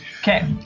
Okay